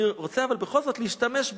אבל אני רוצה בכל זאת להשתמש בו.